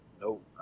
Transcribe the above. Nope